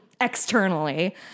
externally